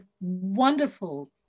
wonderful